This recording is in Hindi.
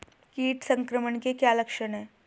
कीट संक्रमण के क्या क्या लक्षण हैं?